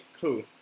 cool